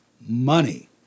money